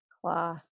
Cloth